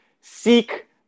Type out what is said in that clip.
seek